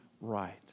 right